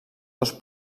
dos